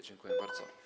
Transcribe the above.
Dziękuję bardzo.